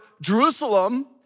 Jerusalem